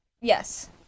Yes